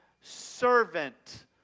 servant